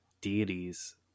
deities